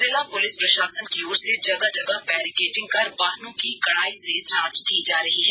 जिला पुलिस प्रशासन की ओर से जगह जगह बैरिकेटिंग कर वाहनों की कड़ाई से जांच की जा रही है